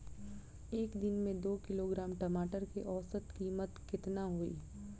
एक दिन में दो किलोग्राम टमाटर के औसत कीमत केतना होइ?